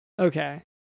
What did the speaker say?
okay